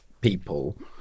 people